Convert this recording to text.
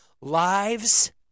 lives